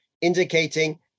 indicating